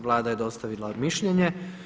Vlada je dostavila mišljenje.